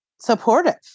supportive